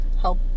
help